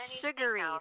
sugary